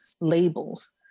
Labels